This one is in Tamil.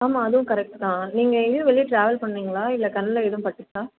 ஆமாம் அதுவும் கரெக்ட்டு தான் நீங்கள் எங்கேயும் வெளியே டிராவல் பண்ணீங்களா இல்லை கண்ணில் எதுவும் பட்டுச்சா